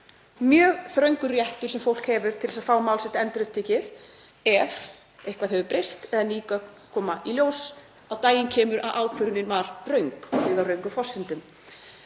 mjög þröngur réttur sem fólk hefur til að fá mál sitt endurupptekið ef eitthvað hefur breyst eða ný gögn koma í ljós, á daginn kemur að ákvörðunin var röng, byggð á röngum forsendum.